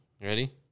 ready